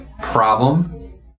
problem